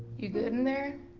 you good in there?